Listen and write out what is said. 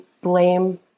blame